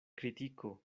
kritiko